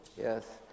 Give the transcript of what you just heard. yes